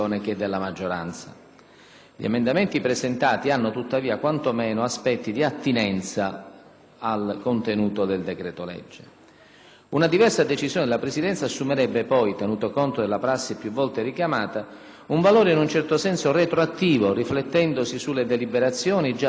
Gli emendamenti presentati hanno tuttavia quantomeno aspetti di attinenza al contenuto del decreto-legge. Una diversa decisione della Presidenza assumerebbe poi - tenuto conto della prassi più volte richiamata - un valore in un certo senso retroattivo riflettendosi sulle deliberazioni già assunte dalla Commissione.